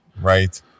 Right